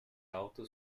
alta